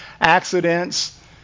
accidents